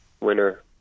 winner